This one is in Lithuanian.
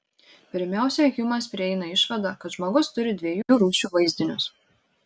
pirmiausia hjumas prieina išvadą kad žmogus turi dviejų rūšių vaizdinius